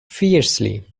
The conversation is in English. fiercely